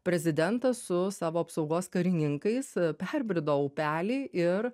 prezidentas su savo apsaugos karininkais perbrido upelį ir